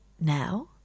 now